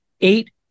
eight